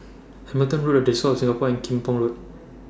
Hamilton Road The Diocese of Singapore and Kim Pong Road